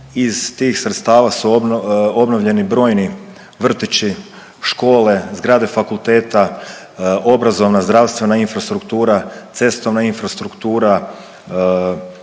Iz tih sredstava su obnovljeni brojni vrtići, škole, zgrade fakulteta, obrazovna, zdravstvena infrastruktura, cestovna infrastruktura,